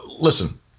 listen